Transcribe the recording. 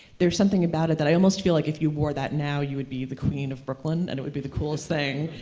there's something about it that i almost feel like if you wore that now, you would be the queen of brooklyn, and it would be the coolest thing,